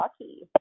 lucky